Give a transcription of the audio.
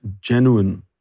genuine